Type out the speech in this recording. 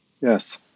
yes